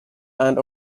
and